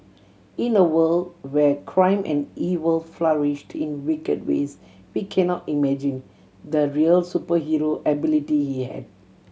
in a world where crime and evil flourished in wicked ways we cannot imagine the real superhero ability he had